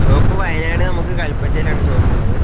shop Wayanad നമുക്ക് കൽപറ്റേലാണ് ഷോപ്പുള്ളത്